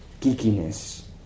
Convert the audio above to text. geekiness